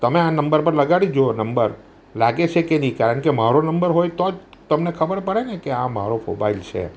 તમે આ નંબર પર લગાડી જુઓ નંબર પર લાગે છે કે ને કારણ કે મારો નંબર હોય તો જ તમને ખબર પડે ને કે આ મારો મોબાઈલ છે